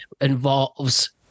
involves